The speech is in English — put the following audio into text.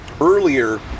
Earlier